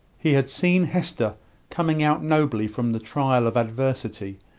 he had seen hester coming out nobly from the trial of adversity,